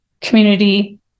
community